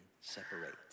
separate